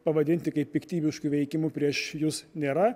pavadinti kaip piktybišku veikimu prieš jus nėra